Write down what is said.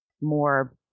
more